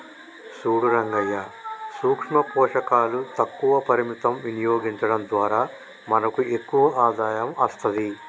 సూడు రంగయ్యా సూక్ష పోషకాలు తక్కువ పరిమితం వినియోగించడం ద్వారా మనకు ఎక్కువ ఆదాయం అస్తది